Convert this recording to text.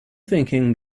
thinking